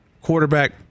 quarterback